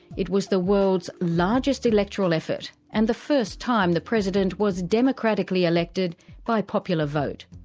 it was the world's largest electoral effort and the first time the president was democratically elected by popular vote.